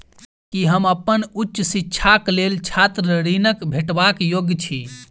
की हम अप्पन उच्च शिक्षाक लेल छात्र ऋणक भेटबाक योग्य छी?